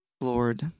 Lord